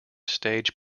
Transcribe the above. stage